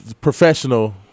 professional